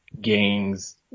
gangs